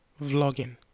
vlogging